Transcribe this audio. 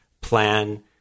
plan